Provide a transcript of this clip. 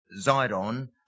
Zidon